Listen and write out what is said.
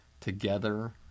Together